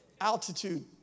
altitude